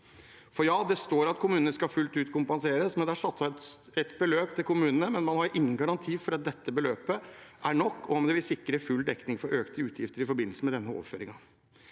Ja, det står at kommunene fullt ut skal kompenseres, og det er satt av et beløp til kommunene, men man har ingen garanti for at dette beløpet er nok, at det vil sikre full dekning for økte utgifter i forbindelse med denne overføringen.